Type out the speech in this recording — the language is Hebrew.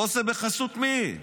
כל זה בחסות מי?